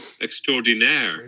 extraordinaire